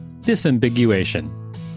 disambiguation